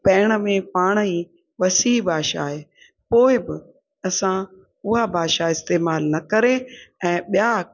पंहिंण में पाणि ई वसीह भाषा आहे पोइ बि असां हा भाषा इस्तेमालु न करे ऐं ॿिया